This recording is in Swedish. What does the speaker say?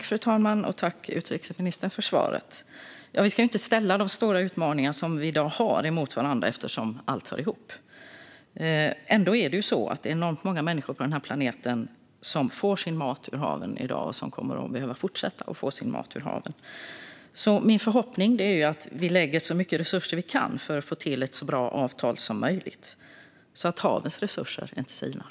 Fru talman! Jag tackar utrikesministern för svaret. Vi ska inte ställa de stora utmaningar som finns i dag mot varandra eftersom allt hör ihop. Ändå finns enormt många människor på planeten som får sin mat ur haven i dag och som kommer att behöva fortsätta att få sin mat ur haven. Min förhoppning är att vi lägger så mycket resurser vi kan för att se till att det blir ett så bra avtal som möjligt så att havens resurser inte sinar.